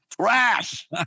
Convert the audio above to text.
trash